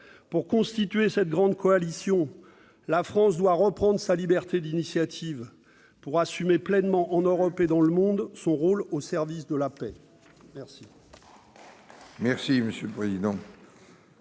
Pour constituer cette grande coalition, la France doit reprendre sa liberté d'initiative pour assumer pleinement, en Europe et dans le monde, son rôle au service de la paix. La